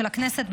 הכנסת,